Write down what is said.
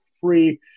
free